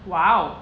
!wow!